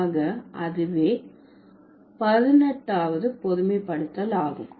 ஆக அதுவே 18வது பொதுமைப்படுத்தல் ஆகும்